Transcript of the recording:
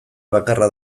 bakarra